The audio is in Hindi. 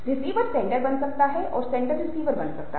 रिसीवर सेन्डर बन सकता है और सेन्डर रिसीवर बन सकता है